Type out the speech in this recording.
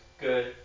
good